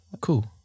Cool